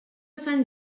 sant